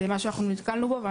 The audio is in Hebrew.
זה משהו שנתקלנו בו.